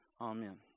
Amen